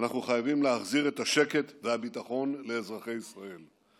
אנחנו חייבים להחזיר את השקט והביטחון לאזרחי ישראל,